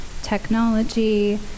technology